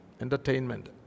entertainment